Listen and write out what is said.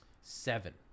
seven